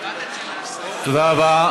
תודה רבה.